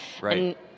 Right